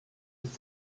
with